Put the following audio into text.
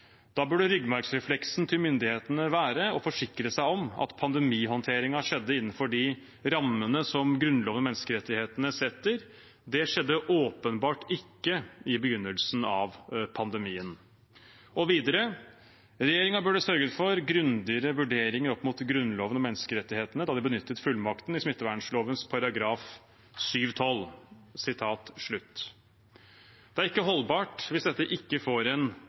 Da burde ryggmargsrefleksen til myndighetene være å forsikre seg om at pandemihåndteringen skjedde innenfor de rammene som Grunnloven og menneskerettighetene setter. Det skjedde åpenbart ikke i begynnelsen av pandemien. Og videre: «Regjeringen burde sørget for grundigere vurderinger opp mot Grunnloven og menneskerettighetene da de benyttet fullmakten i smittevernloven § 7-12.» Det er ikke holdbart hvis dette ikke får en